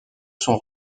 son